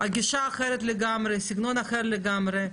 הגישה אחרת לגמרי, סגנון אחר לגמרי.